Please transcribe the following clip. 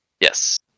Yes